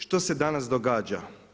Što se danas događa?